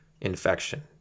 infection